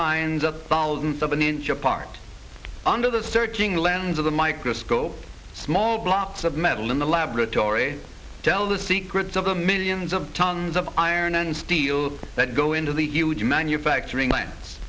lines of thousands of an inch apart under the searching lens of the microscope small blocks of metal in the laboratory tell the secrets of the millions of tons of iron and steel that go into the huge manufacturing plants